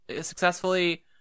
successfully